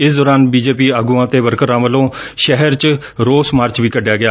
ਇਸ ਦੌਰਾਨ ਬੀਜੇਪੀ ਆਗੁਆਂ ਤੇ ਵਰਕਰਾਂ ਵੱਲੋਂ ਸ਼ਹਿਰ ਚ ਰੋਸ ਮਾਰਚ ਵੀ ਕੱਢਿਆ ਗਿਆ